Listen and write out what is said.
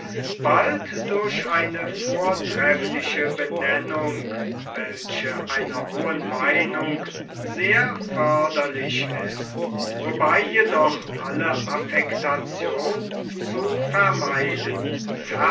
bald durch eine vortreffliche benennung welche einer hohen meinung sehr förderlich ist wobei jedoch alle affektation zu vermeiden